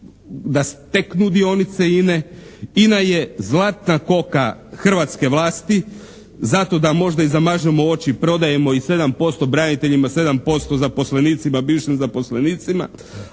da steknu dionice INA-e. INA je zlatna koka hrvatske vlasti. Zato da možda i zamažemo oči prodajemo i 7% braniteljima, 7% zaposlenicima, bivšim zaposlenicima,